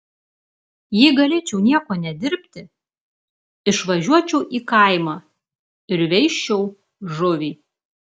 jei galėčiau nieko nedirbti išvažiuočiau į kaimą ir veisčiau žuvį